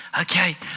Okay